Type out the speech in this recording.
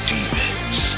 Demons